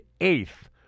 eighth